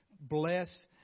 bless